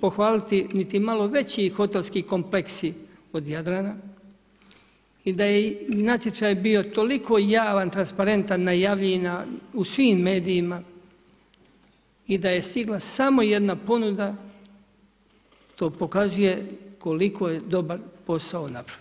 pohvaliti niti malo veći hotelski kompleksi od Jadrana i da je natječaj bio toliko javan, transparentan, najavljivan u svim medijima i da je stigla samo jedna ponuda, to pokazuje koliko je dobar posao napravio.